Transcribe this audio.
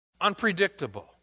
unpredictable